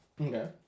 Okay